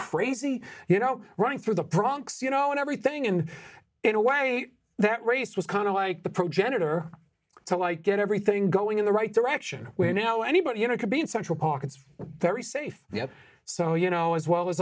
crazy you know running through the products you know and everything and in a way that race was kind of like the progenitor to like get everything going in the right direction we're now anybody you know could be in central park it's very safe you know so you know as well as